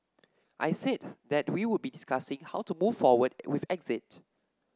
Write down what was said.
I said that we would be discussing how to move forward with exit